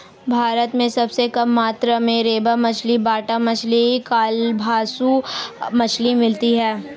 भारत में सबसे कम मात्रा में रेबा मछली, बाटा मछली, कालबासु मछली मिलती है